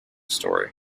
story